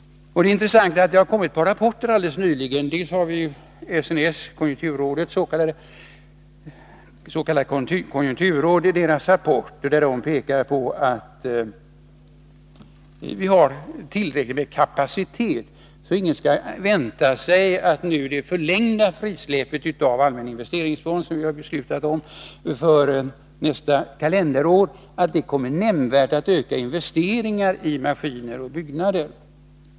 Det har kommit ett par intressanta rapporter alldeles nyligen. En av dem är SNS s.k. konjunkturråds rapport, där man pekar på att vi har tillräcklig kapacitet. Ingen skall därför vänta sig att det nu förlängda frisläppet av allmänna investeringsfonder, som vi har beslutat om för nästa kalenderår, kommer att nämnvärt öka investeringarna i maskiner och byggnader.